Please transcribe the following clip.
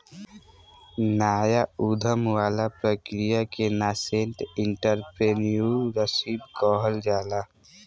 नाया उधम वाला प्रक्रिया के नासेंट एंटरप्रेन्योरशिप कहल जाला